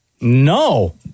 No